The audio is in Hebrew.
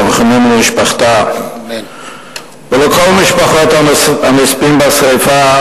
תנחומים למשפחתה ולכל משפחות הנספים בשרפה,